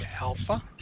Alpha